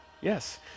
Yes